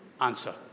answer